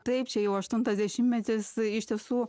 taip čia jau aštuntas dešimtmetis iš tiesų